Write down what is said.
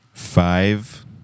Five